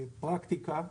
פרקטיקה,